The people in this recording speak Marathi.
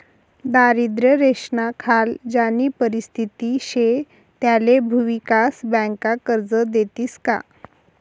दारिद्र्य रेषानाखाल ज्यानी परिस्थिती शे त्याले भुविकास बँका कर्ज देतीस का?